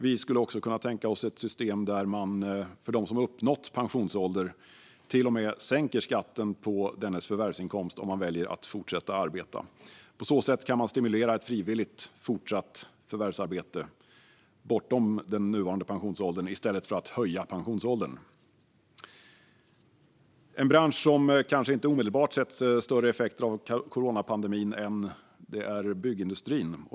Vi kan också tänka oss ett system där man, för dem som har uppnått pensionsålder, till och med sänker skatten på förvärvsinkomsten för den som väljer att fortsätta att arbeta. På så sätt kan man stimulera ett frivilligt fortsatt förvärvsarbete bortom den nuvarande pensionsåldern i stället för att höja pensionsåldern. En bransch som kanske inte omedelbart sett några större effekter av coronapandemin är byggindustrin.